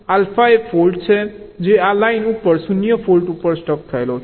alpha એ fault છે જે આ લાઇન ઉપર 0 ફોલ્ટ ઉપર સ્ટક થયેલો છે